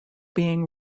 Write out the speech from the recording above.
being